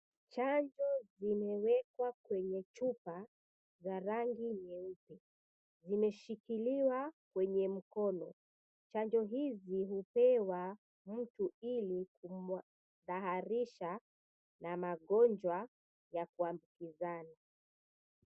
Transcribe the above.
Chanjo zimewekwa kwenye chupa za rangi nyeupe. Zimeshikiliwa kwenye mkono. Chanjo hizi hupewa mtu ili kumtahadharisha na magonjwa ya kuambukizana.